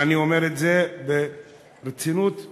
ואני אומר את זה ברצינות מוחלטת,